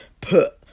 put